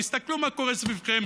תסתכלו מה קורה סביבכם,